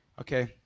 Okay